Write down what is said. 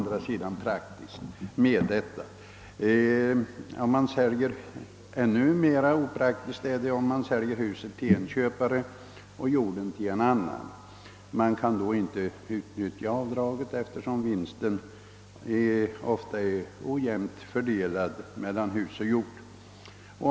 Detta är emellertid inte praktiskt. ännu mer opraktiskt är det om man säljer huset till en köpare och jorden till en annan. Man kan då inte utnyttja avdraget, eftersom vinsten ofta är ojämnt fördelad mellan hus och jord.